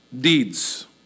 deeds